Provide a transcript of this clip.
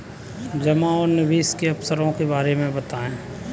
जमा और निवेश के अवसरों के बारे में बताएँ?